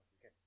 Okay